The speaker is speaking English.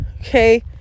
okay